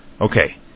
Okay